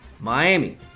Miami